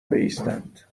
بایستند